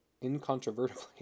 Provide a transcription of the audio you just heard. incontrovertibly